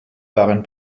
waren